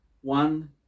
One